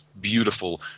beautiful